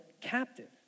captive